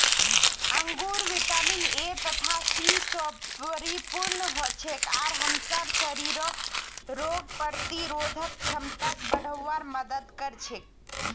अंगूर vitamin A तथा C स परिपूर्ण हछेक आर हमसार शरीरक रोग प्रतिरोधक क्षमताक बढ़वार मदद कर छेक